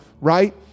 right